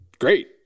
great